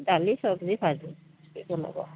দালি চব্জি ভাজি কি বনাব